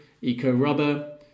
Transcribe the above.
eco-rubber